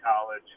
college